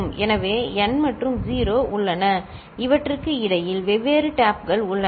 எனவே n மற்றும் 0 உள்ளன இவற்றுக்கு இடையில் வெவ்வேறு டேப்கள் உள்ளன